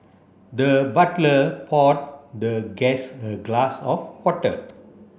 the butler poured the guest a glass of water